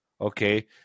Okay